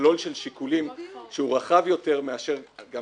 מכלול של שיקולים שהוא רחב יותר מאשר מה